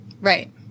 Right